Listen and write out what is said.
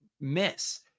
miss